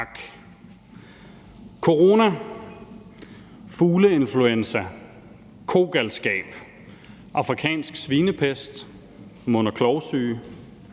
corona, fugleinfluenza, kogalskab, afrikansk svinepest, mund- og klovsyge,